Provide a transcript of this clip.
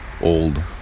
old